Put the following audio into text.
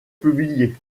publié